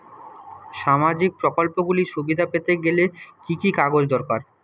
সামাজীক প্রকল্পগুলি সুবিধা পেতে গেলে কি কি কাগজ দরকার?